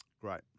Great